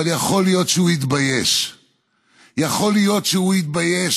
אבל יכול להיות שהוא יתבייש.